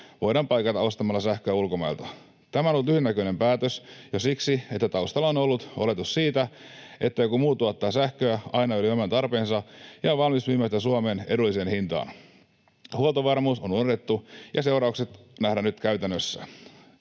voidaan paikata ostamalla sähköä ulkomailta. Tämä on ollut lyhytnäköinen päätös jo siksi, että taustalla on ollut oletus siitä, että joku muu tuottaa sähköä aina yli oman tarpeensa ja on valmis myymään sitä Suomeen edulliseen hintaan. Huoltovarmuus on unohdettu, ja seuraukset nähdään nyt käytännössä.